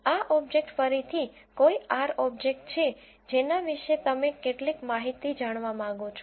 આ ઓબ્જેક્ટ ફરીથી કોઈ R ઓબ્જેક્ટ છે જેના વિશે તમે કેટલીક માહિતી જાણવા માંગો છો